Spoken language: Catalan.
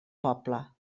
poble